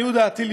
לעניות דעתי,